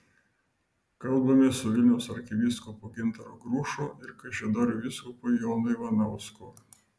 kalbamės su vilniaus arkivyskupu gintaru grušu ir kaišiadorių vyskupu jonu ivanausku